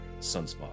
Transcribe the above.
Sunspot